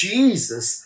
Jesus